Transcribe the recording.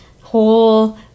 whole